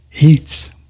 eats